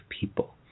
people